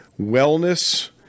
wellness